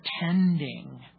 pretending